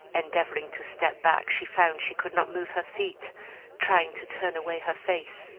endeavoring to step back, she found she could not move her feet trying to turn away her face,